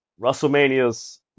WrestleMania's